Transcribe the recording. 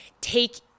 take